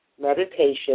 meditation